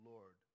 Lord